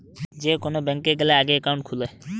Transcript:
যে কোন ব্যাংকে গ্যালে আগে একাউন্ট খুলে